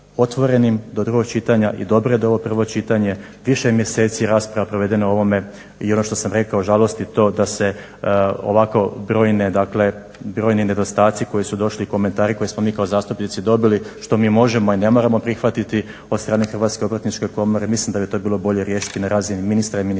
do drugog čitanja i dobro je da je ovo prvo čitanje, više je mjeseci rasprava provedena o ovome i ono što sam rekao žalosti to da se ovako brojni nedostaci koji su došli i komentari koje smo mi kao zastupnici dobili, što mi možemo i ne moramo prihvatiti od strane Hrvatske obrtničke komore mislim da bi to bilo bolje riješiti na razini ministra i ministarstva